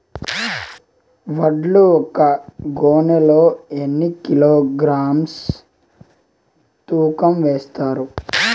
వడ్లు ఒక గోనె లో ఎన్ని కిలోగ్రామ్స్ తూకం వేస్తారు?